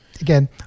again